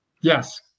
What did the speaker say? Yes